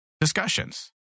discussions